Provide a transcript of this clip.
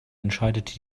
entscheidet